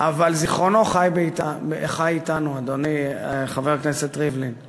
אבל זיכרונו חי אתנו, אדוני חבר הכנסת ריבלין.